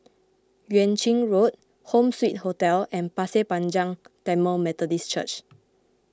Yuan Ching Road Home Suite Hotel and Pasir Panjang Tamil Methodist Church